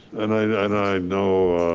and i know,